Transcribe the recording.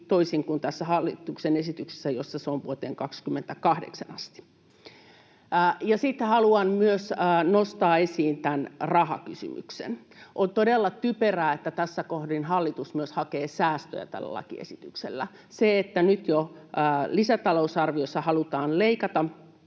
toisin kuin tässä hallituksen esityksessä, jossa se on vuoteen 28 asti. Sitten haluan myös nostaa esiin tämän rahakysymyksen. On todella typerää, että tässä kohdin hallitus myös hakee säästöjä tällä lakiesityksellä. Se on aivan vastuutonta, että nyt jo lisätalousarviossa halutaan leikata